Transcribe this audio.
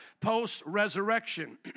post-resurrection